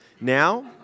now